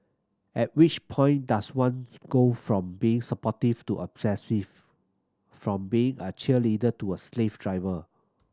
at which point does one go from being supportive to obsessive from being a cheerleader to a slave driver